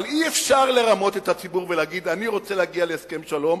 אבל אי-אפשר לרמות את הציבור ולהגיד: אני רוצה להגיע להסכם שלום,